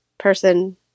person